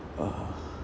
uh